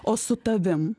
o su tavim